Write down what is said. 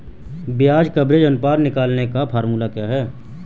ब्याज कवरेज अनुपात निकालने का फॉर्मूला क्या है?